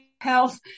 health